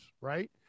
right